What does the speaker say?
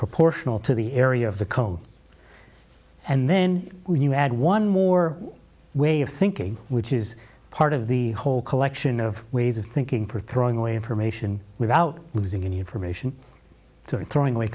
proportional to the area of the cone and then you add one more way of thinking which is part of the whole collection of ways of thinking for throwing away information without losing any information to it throwing away